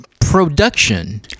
production